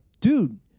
dude